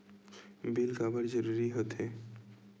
Bill काबर जरूरी होथे?